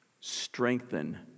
strengthen